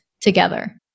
together